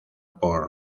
por